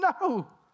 no